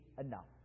enough